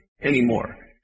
anymore